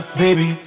baby